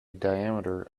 diameter